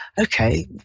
okay